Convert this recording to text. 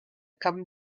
come